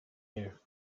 year